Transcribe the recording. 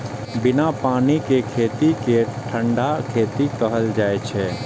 बिना पानि के खेती कें ठंढा खेती कहल जाइ छै